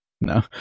No